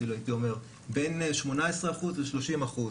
אפילו הייתי אומר בין 18% ל-30%.